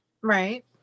right